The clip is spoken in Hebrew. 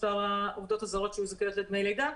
מספר העובדות הזרות שזכאיות לדמי לידה,